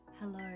Hello